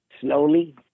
slowly